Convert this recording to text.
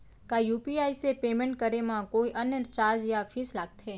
का यू.पी.आई से पेमेंट करे म कोई अन्य चार्ज या फीस लागथे?